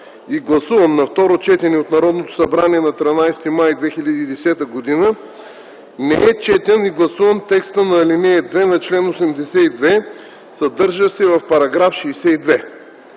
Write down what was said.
и гласуван на второ четене от Народното събрание на 13 май 2010 г., не е четен и гласуван текстът на ал. 2 на чл. 82, съдържащ се в § 62.